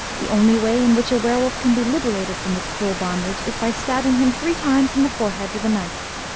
the only way in which a were wolf can be liberated from this cruel bondage, is by stabbing him three times in the forehead with a knife.